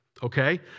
Okay